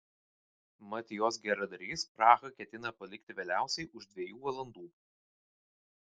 mat jos geradarys prahą ketina palikti vėliausiai už dviejų valandų